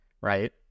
right